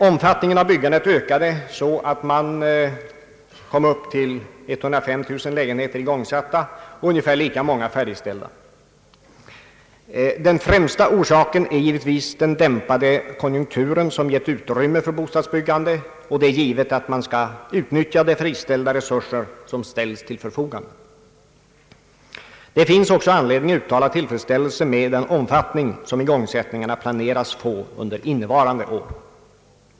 Omfattningen av byggandet ökade så att man kom upp till 105 000 igångsatta lägenheter och ungefär lika många färdigställda. Den främsta orsaken härtill är givetvis den dämpade konjunkturen, som gett utrymme för bostadsbyggande, och det är givet att man skall utnyttja de resurser som ställs till förfogande. Det finns också anledning uttala tillfredsställelse med den omfattning som igångsättningarna planeras få un der innevarande år.